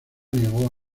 negó